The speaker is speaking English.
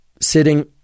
sitting